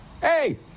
Hey